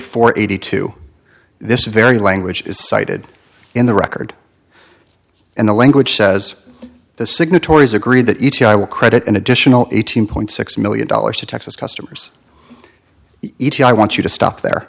for eighty two this very language is cited in the record and the language says the signatories agreed that e t i will credit an additional eighteen point six million dollars to texas customers e t i want you to stop there